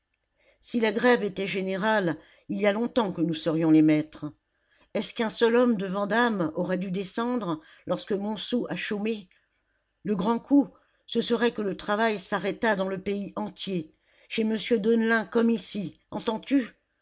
si la grève était générale il y a longtemps que nous serions les maîtres est-ce qu'un seul homme de vandame aurait dû descendre lorsque montsou a chômé le grand coup ce serait que le travail s'arrêtât dans le pays entier chez monsieur deneulin comme ici entends-tu